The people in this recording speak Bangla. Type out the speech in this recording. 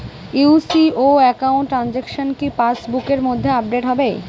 ইউ.সি.ও একাউন্ট ট্রানজেকশন কি পাস বুকের মধ্যে আপডেট হবে?